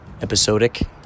episodic